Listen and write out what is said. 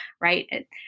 right